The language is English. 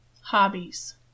Hobbies